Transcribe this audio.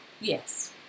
Yes